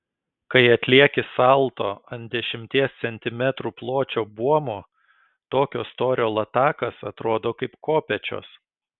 kai atlieki salto ant dešimties centimetrų pločio buomo tokio storio latakas atrodo kaip kopėčios